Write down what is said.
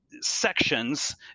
sections